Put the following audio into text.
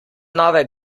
nove